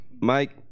Mike